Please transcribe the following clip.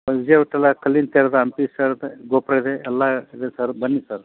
ವಿಜಯ ವರ್ತುಲ ಕಲ್ಲಿನ ತೇರಿದೆ ಹಂಪಿ ತೇರಿದೆ ಗೋಪುರ ಇದೆ ಎಲ್ಲ ಇದೆ ಸರ್ ಬನ್ನಿ ಸರ್